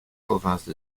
provinces